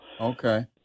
Okay